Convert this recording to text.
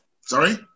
Sorry